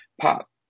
pop